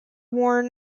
worn